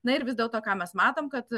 na ir vis dėlto ką mes matom kad